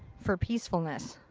for peacefulness.